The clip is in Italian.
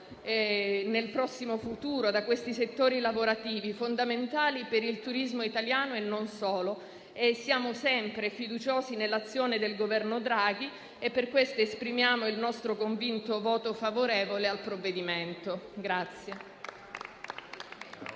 nel prossimo futuro da questi settori lavorativi, fondamentali per il turismo italiano e non solo. Siamo sempre fiduciosi nell'azione del Governo Draghi e per questo esprimiamo il nostro convinto voto favorevole sul provvedimento in